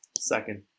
second